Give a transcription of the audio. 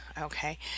Okay